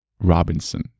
Robinson